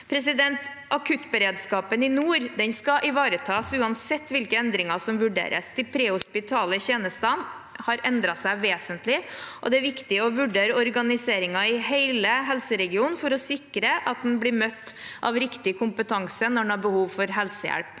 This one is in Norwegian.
jeg ga. Akuttberedskapen i nord skal ivaretas uansett hvilke endringer som vurderes. De prehospitale tjenestene har endret seg vesentlig, og det er viktig å vurdere organiseringen i hele helseregionen for å sikre at man blir møtt av riktig kompetanse når man har behov for helsehjelp